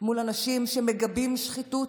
מול אנשים שמגבים שחיתות,